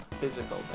physical